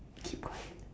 keep quiet